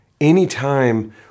Anytime